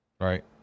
Right